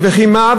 וכי מה?